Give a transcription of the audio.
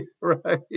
Right